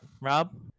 Rob